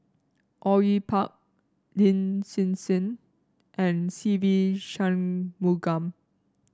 Au Yue Pak Lin Hsin Hsin and Se Ve Shanmugam